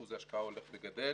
אחוז ההשקעה הולך וגדל.